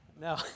No